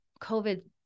COVID